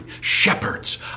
shepherds